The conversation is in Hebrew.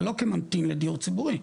אבל לא כממתין לדיור ציבורי.